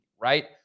right